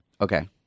Okay